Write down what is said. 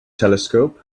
telescope